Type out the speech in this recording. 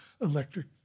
electric